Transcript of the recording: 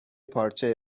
پارچه